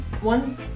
one